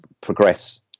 progress